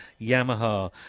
Yamaha